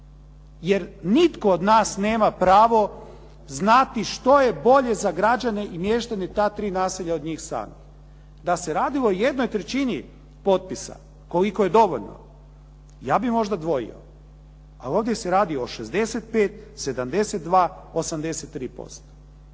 jer nitko od nas nema pravo znati što je bolje za građane i mještane ta tri naselja od njih samih. Da se radilo o jednoj trećini potpisa koliko je dovoljno ja bih možda dvojio, ali ovdje se radi o 65, 72, 83%.